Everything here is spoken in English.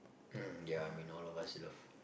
um ya I mean all of us love